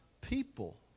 people